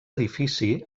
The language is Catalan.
edifici